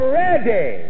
ready